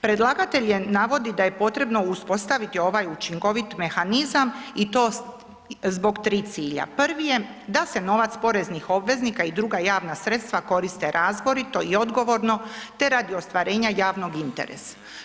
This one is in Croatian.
Predlagatelj je, navodi da je potrebno uspostaviti ovaj učinkovit mehanizam i to zbog tri cilja, prvi je da se novac poreznih obveznika i druga javna sredstva koriste razborito i odgovorno te radi ostvarenje javnog interesa.